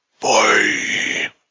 Bye